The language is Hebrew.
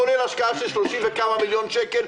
כולל השקעה של 30 וכמה מיליוני שקלים,